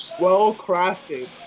well-crafted